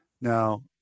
Now